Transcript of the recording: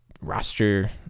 roster